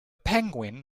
penguin